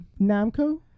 Namco